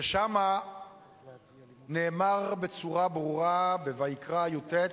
ושם נאמר בצורה ברורה, בוויקרא י"ט,